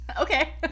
Okay